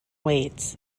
waits